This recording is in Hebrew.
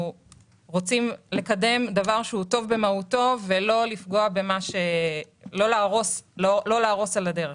רוצים לקדם דבר שהוא טוב במהותו ולא להרוס על הדרך.